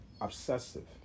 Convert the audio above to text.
obsessive